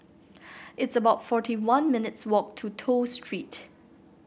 it's about forty one minutes' walk to Toh Street